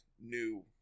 new